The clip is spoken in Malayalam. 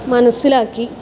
മനസിലാക്കി